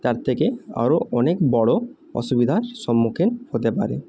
তার থেকে আরও অনেক বড় অসুবিধার সম্মুখীন হতে পারে